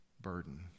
burden